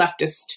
leftist